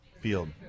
field